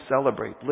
celebrate